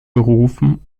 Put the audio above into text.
gerufen